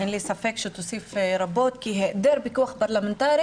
אין לי ספק שהיא תוסיף רבות כי היעדר פיקוח פרלמנטרי